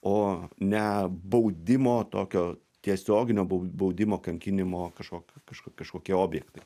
o ne baudimo tokio tiesioginio baudimo kankinimo kažkok kažkok kažkokie objektai